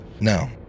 No